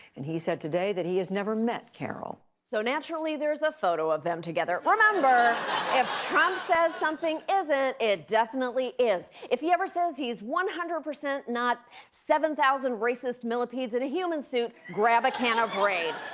and he has said today that he has never met carroll. so naturally, there's a photo of them together. remember if trump says something isn't. it definitely is. if he ever says he's one hundred percent not seven thousand racist millipedes in a human suit, grab a can of raid.